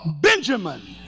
Benjamin